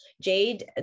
Jade